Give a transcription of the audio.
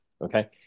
okay